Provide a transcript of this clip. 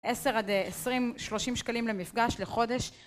עשר עד עשרים, שלושים שקלים למפגש, לחודש